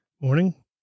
Morning